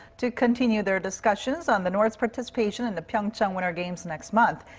to continue their discussions on the north's participation in the pyeongchang winter games next month.